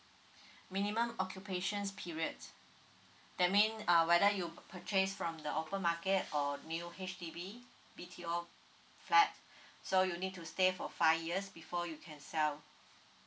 minimum occupation periods that mean uh whether you purchase from the offer market or new H_D_B B_T_O flat so you need to stay for five years before you can sell